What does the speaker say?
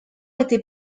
été